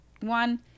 One